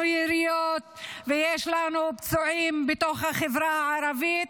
יריות ויש לנו פצועים בתוך החברה הערבית,